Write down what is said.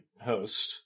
host